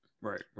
Right